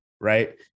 right